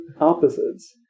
opposites